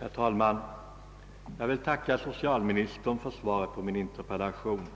Herr talman! Jag vill tacka socialministern för svaret på min interpellation.